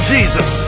Jesus